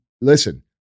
listen